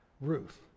Ruth